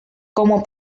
como